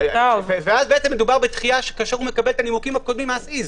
ואז מדובר בדחייה כאשר הוא מקבל את הנימוקים כפי שהם.